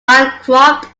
bancroft